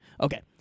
Okay